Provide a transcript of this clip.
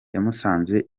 yamusanze